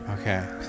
Okay